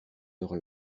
heure